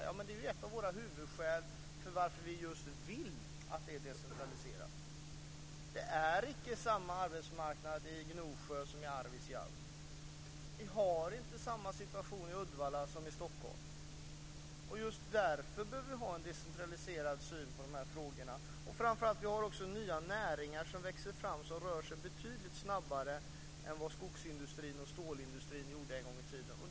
Ja, men det är ju ett av våra huvudskäl just för att vilja att detta ska vara decentraliserat. Det är icke samma arbetsmarknad i Gnosjö som i Arvidsjaur. Vi har inte samma situation i Uddevalla som i Stockholm. Just därför behöver vi ha en decentraliserad syn på de här frågorna. Framför allt har vi också nya näringar som växer fram och som rör sig betydligt snabbare än vad skogs och stålindustrin gjorde en gång i tiden.